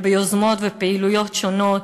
וביוזמות ובפעילויות שונות,